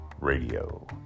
Radio